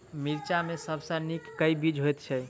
मिर्चा मे सबसँ नीक केँ बीज होइत छै?